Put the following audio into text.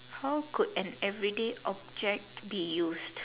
how could an everyday object be used